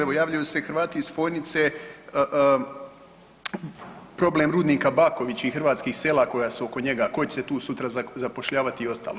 Evo javljaju se i Hrvati iz Fojnice, problem rudnika Bakovići i hrvatskih sela koja su oko njega tko će se tu sutra zapošljavati i ostalo.